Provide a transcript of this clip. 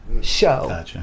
show